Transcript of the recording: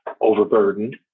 overburdened